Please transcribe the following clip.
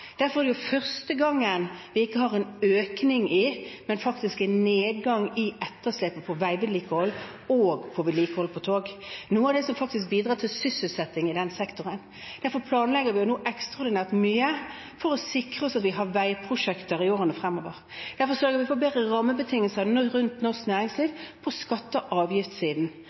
derfor er det første gang vi ikke har en økning i, men faktisk en nedgang i etterslepet på veivedlikehold og vedlikehold på tog – noe som faktisk bidrar til sysselsetting i den sektoren. Derfor planlegger vi nå ekstraordinært mye for å sikre at vi har veiprosjekter i årene fremover. Derfor sørger vi for bedre rammebetingelser rundt norsk næringsliv